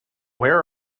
where